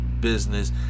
business